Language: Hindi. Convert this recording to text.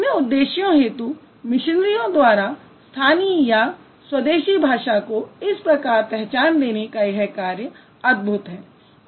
अपने उद्देश्यों हेतु मिशनरियों द्वारा स्थानीय या स्वदेशी भाषा को इस प्रकार पहचान देने का यह कार्य अद्भुत है